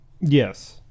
yes